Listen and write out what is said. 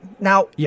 Now